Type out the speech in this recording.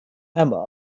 emma